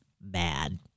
bad